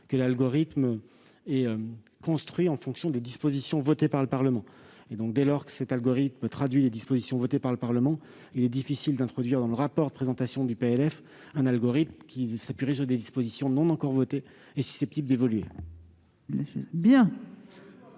que l'algorithme est construit en fonction des dispositions votées par le Parlement. Dès lors que cet algorithme traduit des décisions votées par le Parlement, il est difficile d'introduire dans le rapport de présentation du PLF un algorithme qui s'appuierait sur des dispositions qui n'ont pas été encore votées et sont susceptibles d'évoluer.